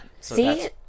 See